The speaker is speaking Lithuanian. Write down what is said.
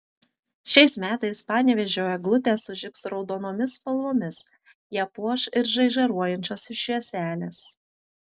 šiais metais panevėžio eglutė sužibs raudonomis spalvomis ją puoš ir žaižaruojančios švieselės